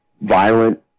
violent